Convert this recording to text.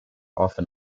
often